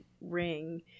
ring